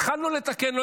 התחלנו לתקן,